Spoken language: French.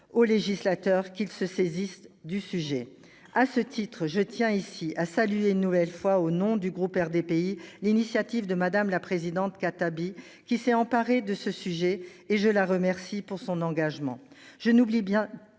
Au législateur qu'il se saisisse du sujet. À ce titre je tiens ici à saluer une nouvelle fois au nom du groupe RDPI l'initiative de Madame la Présidente Khattabi qui s'est emparée de ce sujet et je la remercie pour son engagement.